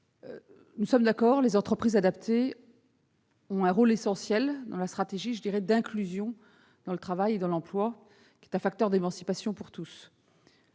Corbisez, les entreprises adaptées jouent un rôle essentiel dans la stratégie d'inclusion dans le travail et dans l'emploi, qui est un facteur d'émancipation pour tous.